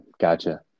Gotcha